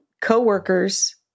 co-workers